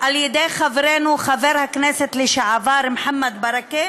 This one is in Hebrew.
על ידי חברנו חבר הכנסת לשעבר מוחמד ברכה,